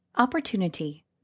Opportunity